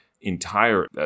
entire